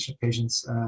patients